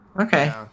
okay